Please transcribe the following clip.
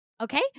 Okay